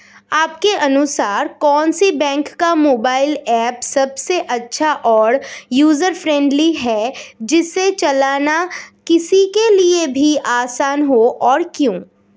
आपके अनुसार कौन से बैंक का मोबाइल ऐप सबसे अच्छा और यूजर फ्रेंडली है जिसे चलाना किसी के लिए भी आसान हो और क्यों?